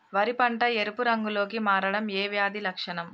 వరి పంట ఎరుపు రంగు లో కి మారడం ఏ వ్యాధి లక్షణం?